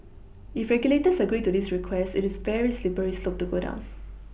if regulators agree to this request it is a very slippery slope to go down